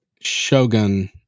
Shogun